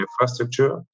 infrastructure